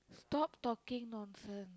stop talking nonsense